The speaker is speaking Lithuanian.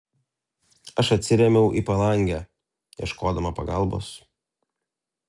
aš atsirėmiau į palangę ieškodama pagalbos